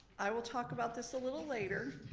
i will talk about this a little later.